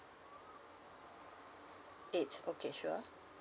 eighth okay sure